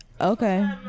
Okay